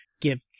give